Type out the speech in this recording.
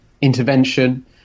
intervention